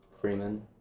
Freeman